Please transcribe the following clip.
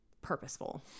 purposeful